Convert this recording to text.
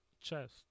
chest